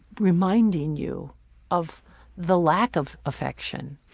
reminding you of the lack of affection.